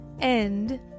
End